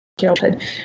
childhood